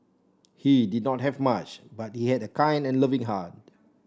he did not have much but he had a kind and loving heart